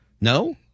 no